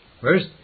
First